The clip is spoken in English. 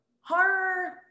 horror